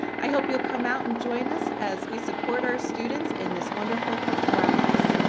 i hope you'll come out and join us as we support our students in this wonderful performance